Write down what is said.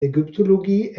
ägyptologie